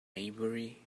maybury